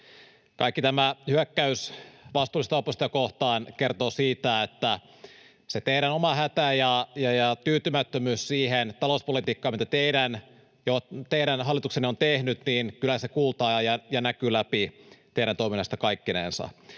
Kaikki tämä hyökkäys vastuullista oppositiota kohtaan kertoo siitä, että se teidän oma hätänne ja tyytymättömyytenne siihen talouspolitiikkaan, mitä teidän hallituksenne on tehnyt, kyllä kuultaa ja näkyy läpi teidän toiminnastanne kaikkinensa.